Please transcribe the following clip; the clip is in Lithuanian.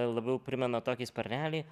labiau primena tokį sparnelį